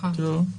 טוב.